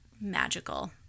magical